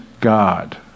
God